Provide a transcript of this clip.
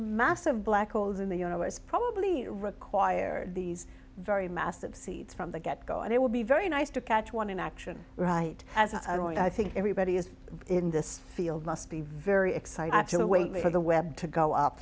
massive black holes in the universe probably require these very massive seeds from the get go and it would be very nice to catch one in action right as i don't i think everybody is in this field must be very excited actually wait for the web to go up